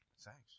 Thanks